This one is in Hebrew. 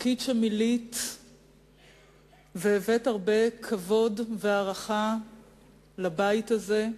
תפקיד שמילאת והבאת הרבה כבוד והערכה לבית הזה,